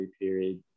period